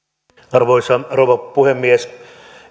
arvoisa rouva puhemies